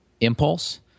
impulse